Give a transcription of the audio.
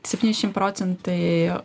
septyniašim procentai